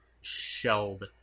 shelled